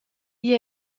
igl